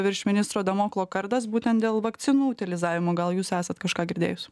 virš ministro damoklo kardas būtent dėl vakcinų utilizavimo gal jūs esat kažką girdėjus